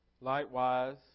Likewise